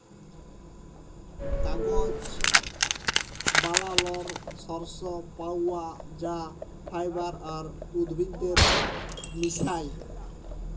কাগজ বালালর সর্স পাউয়া যায় ফাইবার আর উদ্ভিদের মিশায়